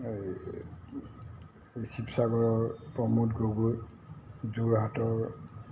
এই শিৱসাগৰৰ প্ৰমোদ গগৈ যোৰহাটৰ